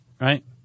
right